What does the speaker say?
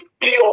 pure